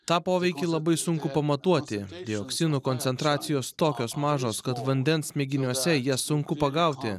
tą poveikį labai sunku pamatuoti dioksinų koncentracijos tokios mažos kad vandens mėginiuose jas sunku pagauti